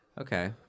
okay